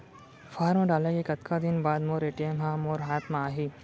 Form डाले के कतका दिन बाद मोर ए.टी.एम ह मोर हाथ म आही?